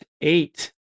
eight